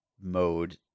mode